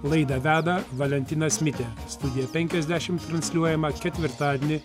laidą veda valentinas mitė studija penkiasdešim transliuojama ketvirtadienį